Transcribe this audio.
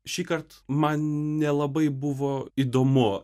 šįkart man nelabai buvo įdomu